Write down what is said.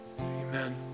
amen